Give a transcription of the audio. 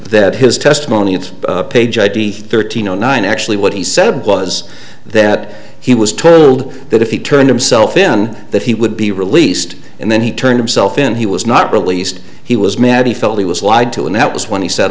that his testimony and page id thirteen zero nine actually what he said was that he was told that if he turned himself in that he would be released and then he turned himself in he was not released he was mad he felt he was lied to and that was when he said